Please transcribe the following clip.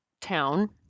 town